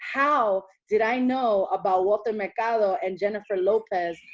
how did i know about walter mercado and jennifer lopez,